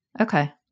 okay